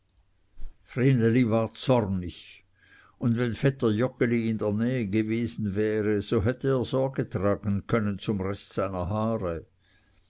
zornig und wenn vetter joggeli in der nähe gewesen wäre so hätte er sorge tragen können zum rest seiner haare